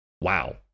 Wow